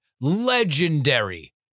legendary